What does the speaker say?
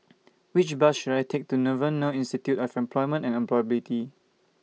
Which Bus should I Take to Devan Nair Institute of Employment and Employability